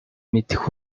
мэдэх